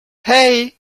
hey